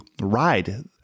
ride